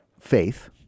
faith